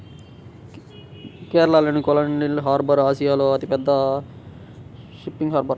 కేరళలోని కోయిలాండి హార్బర్ ఆసియాలో అతిపెద్ద ఫిషింగ్ హార్బర్